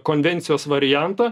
konvencijos variantą